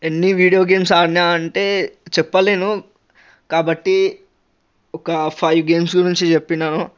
ఎన్ని video games ఆడినా అంటే చెప్పలేను కాబట్టి ఒక ఫైవ్ గేమ్స్ గురించి చెప్పినాను